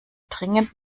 dringend